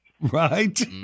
Right